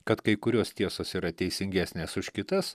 kad kai kurios tiesos yra teisingesnės už kitas